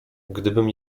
gdybym